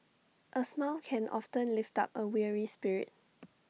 A smile can often lift up A weary spirit